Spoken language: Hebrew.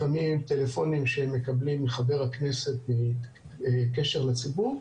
לפעמים טלפונים שהם מקבלים מחבר הכנסת מקשר לציבור,